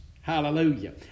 Hallelujah